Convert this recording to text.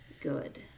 Good